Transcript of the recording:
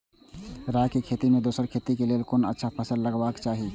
राय के खेती मे दोसर खेती के लेल कोन अच्छा फसल लगवाक चाहिँ?